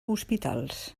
hospitals